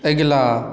अगिला